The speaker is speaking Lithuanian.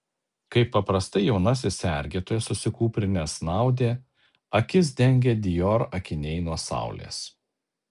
kaip paprastai jaunasis sergėtojas susikūprinęs snaudė akis dengė dior akiniai nuo saulės